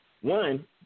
one